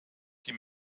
die